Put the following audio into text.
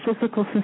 physical